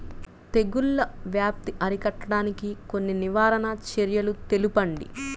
తెగుళ్ల వ్యాప్తి అరికట్టడానికి కొన్ని నివారణ చర్యలు తెలుపండి?